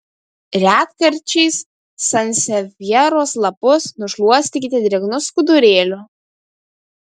retkarčiais sansevjeros lapus nušluostykite drėgnu skudurėliu